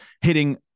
hitting